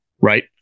right